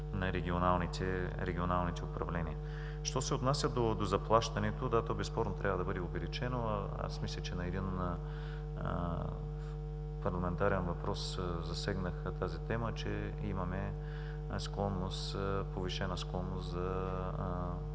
на регионалните управления. Що се отнася до заплащането – да, то безспорно трябва да бъде увеличено, а аз мисля, че на един парламентарен въпрос засегнах тази тема, че имаме повишена склонност за